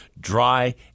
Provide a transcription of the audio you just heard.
dry